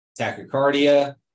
tachycardia